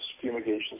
fumigation